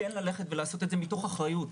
כן ללכת ולעשות את זה מתוך אחריות.